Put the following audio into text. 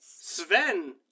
Sven